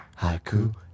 haiku